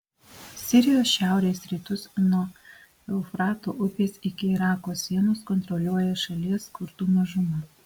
sirijos šiaurės rytus nuo eufrato upės iki irako sienos kontroliuoja šalies kurdų mažuma